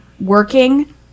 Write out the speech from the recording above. working